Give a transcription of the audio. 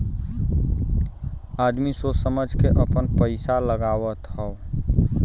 आदमी सोच समझ के आपन पइसा लगावत हौ